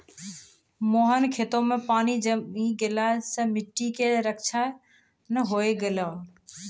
मोहन के खेतो मॅ पानी जमी गेला सॅ मिट्टी के क्षरण होय गेलै